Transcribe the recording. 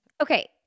Okay